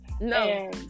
No